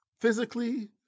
physically